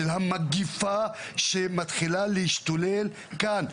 של המגפה שמתחילה להשתולל כאן.